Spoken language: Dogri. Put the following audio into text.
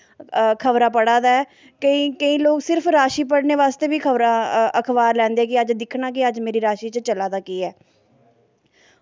खबरां पढ़ा दा ऐ केईं लोग सिर्फ राशि पढ़ने बास्तै बी अखबार लैंदे कि अज्ज दिक्खना कि मेरी राशि च चला दा केह् ऐ